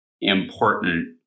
important